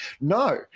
no